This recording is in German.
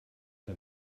der